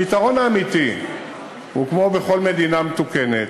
הפתרון האמיתי הוא, כמו בכל מדינה מתוקנת,